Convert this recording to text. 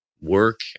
work